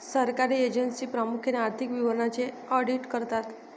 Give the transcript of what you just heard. सरकारी एजन्सी प्रामुख्याने आर्थिक विवरणांचे ऑडिट करतात